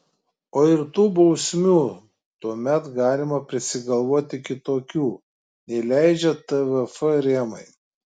o ir tų bausmių tuomet galima prisigalvoti kitokių nei leidžia tvf rėmai